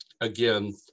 again